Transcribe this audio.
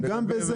גם בזה.